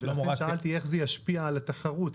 לכן שאלתי איך זה ישפיע על התחרות,